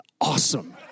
awesome